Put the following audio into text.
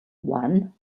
one